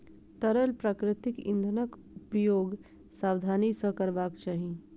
तरल प्राकृतिक इंधनक उपयोग सावधानी सॅ करबाक चाही